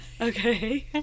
Okay